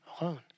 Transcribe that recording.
alone